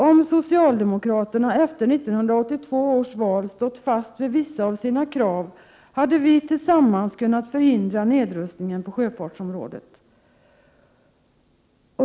Om socialdemokraterna efter 1982 års val stått fast vid vissa av sina krav hade vi tillsammans kunnat förhindra nedrustningen på sjöfartsområdet.